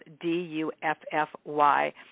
D-U-F-F-Y